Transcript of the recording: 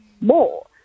more